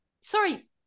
Sorry